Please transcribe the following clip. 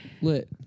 Lit